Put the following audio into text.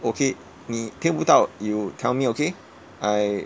okay 你听不到 you tell me okay I